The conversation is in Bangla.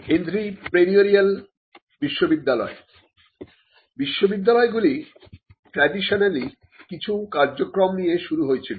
এন্ত্রেপ্রেনিউরিয়াল বিশ্ববিদ্যালয় বিশ্ববিদ্যালয়গুলি ট্রেডিশনালি কিছু কার্যক্রম নিয়ে শুরু হয়েছিল